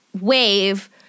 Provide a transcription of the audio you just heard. wave